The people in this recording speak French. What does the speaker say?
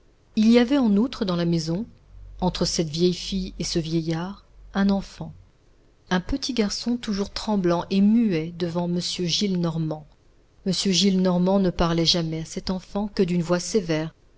il y avait en outre dans la maison entre cette vieille fille et ce vieillard un enfant un petit garçon toujours tremblant et muet devant m gillenormand m gillenormand ne parlait jamais à cet enfant que d'une voix sévère